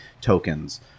tokens